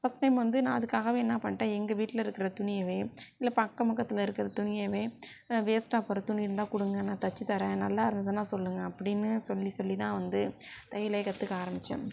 first time வந்து நான் அதுக்காகவே என்ன பண்ணிட்டேன் எங்க வீட்டில இருக்கிற துணியவே இல்லை அக்கம் பக்கத்தில் இருக்கிற துணியவே வேஸ்ட்டாக போகிற துணி இருந்தால் கொடுங்க நான் தைச்சி தாறேன் நல்லா இருந்ததுனா சொல்லுங்க அப்படினு சொல்லி சொல்லி தான் வந்து தையலே கற்றுக்க ஆரம்பித்தேன்